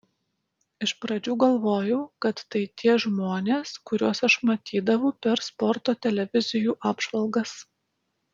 iš pradžių galvojau kad tai tie žmonės kuriuos aš matydavau per sporto televizijų apžvalgas